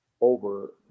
over